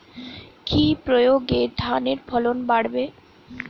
কি প্রয়গে ধানের ফলন বাড়বে?